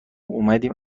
اومدیم